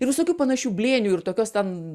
ir visokių panašių blėnių ir tokios ten